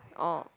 orh